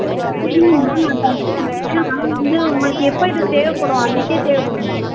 சரிங்கம்மா நான் தைச்சி கொடுத்துர்றேன் ஆனால் வந்து உங்களுக்கு எப்போ இது தேவைப்படும் அன்றைக்கே தேவைப்படும்மா